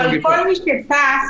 כל מי שטס